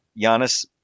Giannis